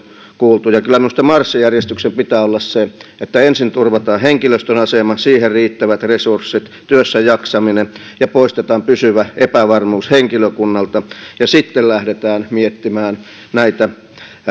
kuultu ja kyllä minusta marssijärjestyksen pitää olla se että ensin turvataan henkilöstön asema siihen riittävät resurssit työssäjaksaminen ja poistetaan pysyvä epävarmuus henkilökunnalta ja sitten lähdetään miettimään näitä